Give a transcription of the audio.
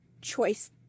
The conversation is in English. choice